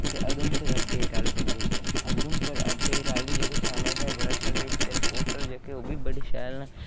ते उधमपुर अपडेट आह्ले दिंदे उधमपुर अपडेट आह्ली जेह्की चैनल ऐ बड़ा शैल ऐ इसदे रिपोर्टर जेह्के उब्भी बड़े शैल न